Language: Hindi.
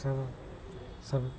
सब सब